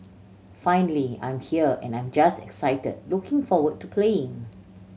finally I'm here and I'm just excited looking forward to playing